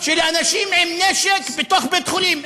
של אנשים עם נשק בתוך בית-חולים.